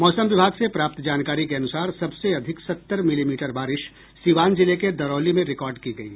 मौसम विभाग से प्राप्त जानकारी के अनुसार सबसे अधिक सत्तर मिलीमीटर बारिश सीवान जिले के दरौली में रिकार्ड की गयी